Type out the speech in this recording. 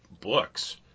books